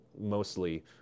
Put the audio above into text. mostly